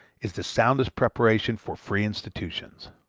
is the soundest preparation for free institutions.